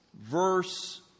verse